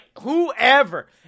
whoever